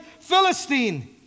Philistine